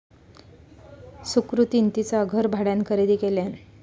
सुकृतीन तिचा घर भाड्यान खरेदी केल्यान